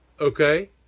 Okay